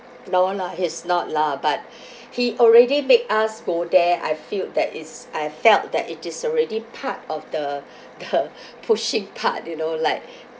no lah he's not lah but he already made us go there I feel that it's I felt that it is already part of the the pushing part you know like